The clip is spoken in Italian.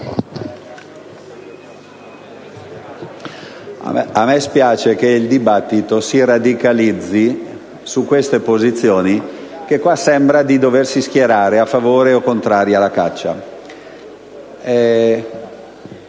mi dispiace che il dibattito si radicalizzi su queste posizioni. Sembra qui di doversi schierare a favore o contro la caccia.